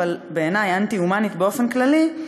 אבל בעיני היא אנטי-הומנית באופן כללי,